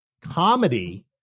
comedy